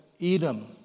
Edom